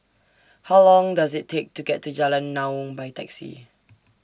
How Long Does IT Take to get to Jalan Naung By Taxi